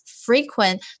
frequent